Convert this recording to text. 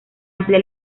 amplia